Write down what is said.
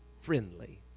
friendly